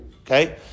Okay